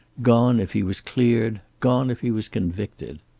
gone if he was cleared, gone if he was convicted.